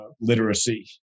literacy